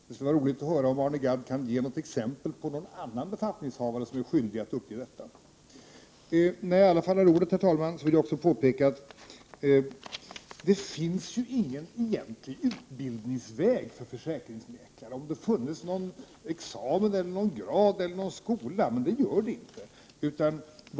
Det skulle vara roligt att höra om Arne Gadd kan ge något exempel på någon annan befattningshavare som är skyldig att uppge detta. När jag i alla fall har ordet, herr talman, vill jag påpeka att det ju inte finns någon egentlig utbildningsväg för försäkringsmäklare. Det vore skillnad om det hade funnits någon examen, någon grad eller någon skola — men det finns det inte.